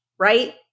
right